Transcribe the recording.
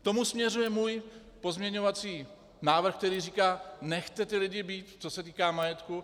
K tomu směřuje můj pozměňovací návrh, který říká: Nechte ty lidi být, co se týká majetku.